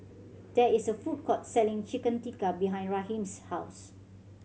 there is a food court selling Chicken Tikka behind Raheem's house